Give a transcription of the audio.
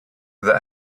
that